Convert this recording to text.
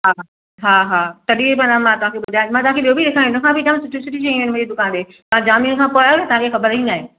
हा हा हा तॾहिं माना मां तव्हांखे ॿुधायो मां तव्हांखे ॿियो बि ॾेखारियां हिन खां बि जाम सुठियूं सुठियूं शयूं आहिनि मुंहिंजी दुकान ते तां जाम ॾींहंनि खां पोइ आया आहियो तव्हांखे ख़बर ई नाहे